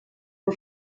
for